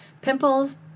pimples